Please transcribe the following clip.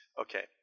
Okay